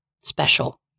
special